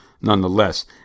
nonetheless